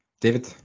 David